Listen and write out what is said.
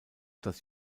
das